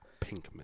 Pinkman